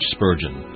Spurgeon